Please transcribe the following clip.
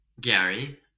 Gary